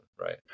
right